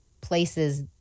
places